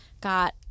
got